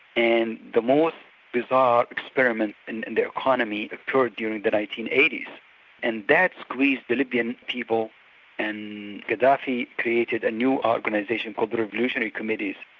and the most bizarre experiment in the economy occurred during the nineteen eighty s and that squeezed the libyan people and gaddafi created a new organisation called the revolutionary committees,